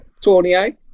Tournier